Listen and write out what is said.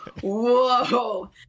Whoa